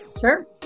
Sure